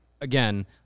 again